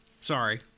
Sorry